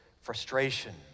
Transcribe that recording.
Frustration